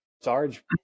Sarge